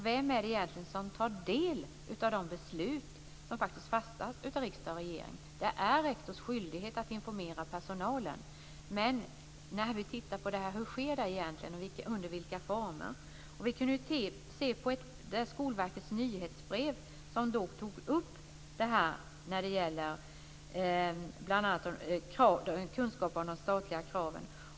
Vem är det egentligen som tar del av de beslut som faktiskt fattas av riksdag och regering? Det är rektors skyldighet att informera personalen. Vi har tittat på hur det här sker och under vilka former. Vi såg på Skolverkets nyhetsbrev, som bl.a. tog upp kunskap om de statliga kraven.